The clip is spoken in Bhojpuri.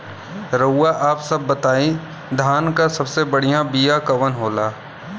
रउआ आप सब बताई धान क सबसे बढ़ियां बिया कवन होला?